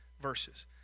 verses